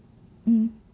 mm